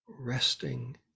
resting